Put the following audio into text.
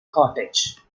cottage